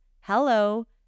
hello